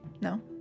No